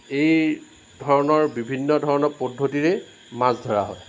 এই ধৰণৰ বিভিন্ন ধৰণৰ পদ্ধতিৰেই মাছ ধৰা হয়